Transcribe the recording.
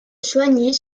soignies